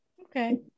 Okay